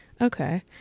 Okay